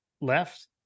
left